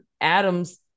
Adam's